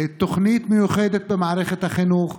תוכנית מיוחדת במערכת החינוך,